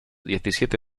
diecisiete